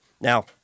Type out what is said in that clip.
Now